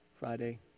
Friday